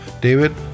David